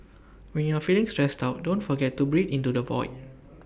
when you are feeling stressed out don't forget to breathe into the void